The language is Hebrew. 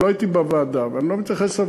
אני לא הייתי בוועדה ואני לא מתייחס לוועדה.